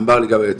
אמר לי גם היועצת,